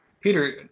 Peter